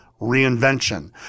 reinvention